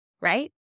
right